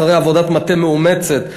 אחרי עבודת מטה מאומצת,